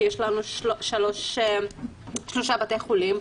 שם יש לנו שלושה בתי חולים.